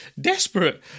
desperate